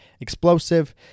explosive